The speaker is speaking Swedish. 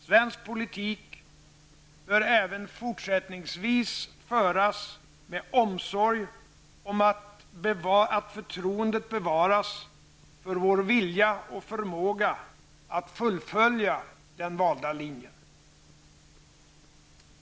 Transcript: Svensk politik bör även fortsättningsvis föras med omsorg om att förtroendet bevaras för vår vilja och förmåga att fullfölja den valda linjen.